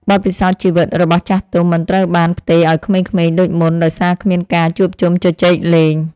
បទពិសោធន៍ជីវិតរបស់ចាស់ទុំមិនត្រូវបានផ្ទេរឱ្យក្មេងៗដូចមុនដោយសារគ្មានការជួបជុំជជែកលេង។